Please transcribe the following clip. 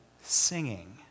singing